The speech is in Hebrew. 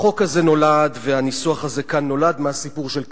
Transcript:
החוק הזה נולד והניסוח הזה כאן נולד מהסיפור של קעדאן.